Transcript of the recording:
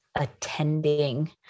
attending